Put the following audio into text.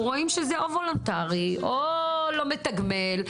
אנחנו רואים שזה וולונטרי או לא מתגמל,